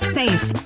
safe